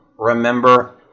Remember